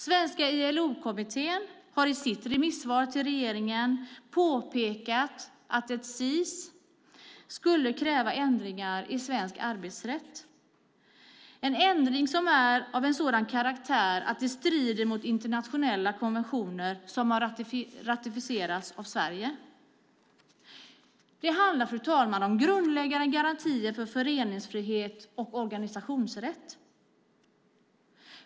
Svenska ILO-kommittén har i sitt remissvar till regeringen påpekat att ett svenskt internationellt skeppsregister skulle kräva ändringar i svensk arbetsrätt. Det är ändringar som är av sådan karaktär att de skrider mot internationella konventioner som har ratificerats av Sverige. Det handlar, fru talman, om grundläggande garantier för föreningsfrihet och organisationsrätt.